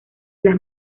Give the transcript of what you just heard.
las